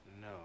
No